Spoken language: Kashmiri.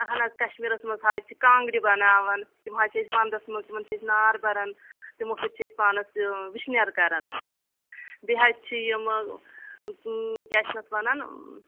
اہن حظ کَشمیٖرَس منٛز حظ چھِ کانٛگرِ بَناوان تِم حظ چھِ أسۍ وَندَس منٛز تِمَن چھِ أسۍ نار بَران تِمو سۭتۍ چھِ أسۍ پانَس تہِ وٕشنیر کَران بیٚیہِ حظ چھِ یِم حظ کیا چھِ اَتھ وَنان